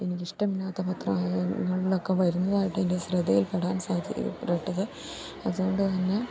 എനിക്കിഷ്ടമില്ലാത്ത പത്രങ്ങളിലൊക്കെ വരുന്നതായിട്ട് എൻ്റെ ശ്രദ്ധയിൽപ്പെടാൻ സാധിക്കപ്പെട്ടത് അതുകൊണ്ടുതന്നെ